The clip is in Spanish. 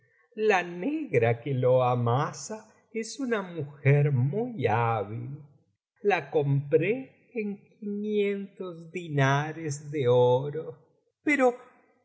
la negra que lo amasa es una mujer muy hábil la compré en quinientos dinares de oro pero